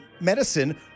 medicine